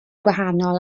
gwahanol